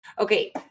Okay